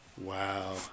Wow